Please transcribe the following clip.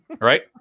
right